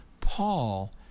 Paul